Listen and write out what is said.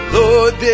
Lord